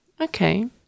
Okay